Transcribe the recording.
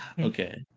okay